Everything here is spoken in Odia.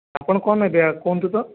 ଆପଣ କ'ଣ ନେବେ କୁହନ୍ତୁ ତ